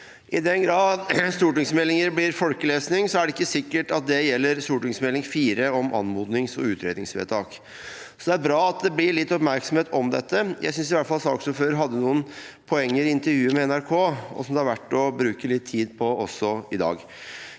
I den grad stortingsmeldinger blir folkelesning, er det ikke sikkert at det gjelder Meld. St. 4 for 2023–2024, om anmodnings- og utredningsvedtak, så det er bra at det blir litt oppmerksomhet rundt dette. Jeg synes i hvert fall saksordføreren hadde noen poenger i intervjuet med NRK som det er verdt å bruke litt tid på også i dag.